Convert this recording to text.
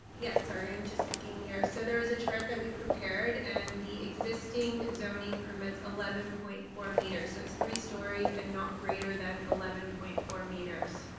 yeah, sorry, i'm just looking here. so there was a chart that we prepared and the existing zoning permits eleven point four meters. so it's three stories and not greater than eleven point four meters.